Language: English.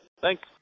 Thanks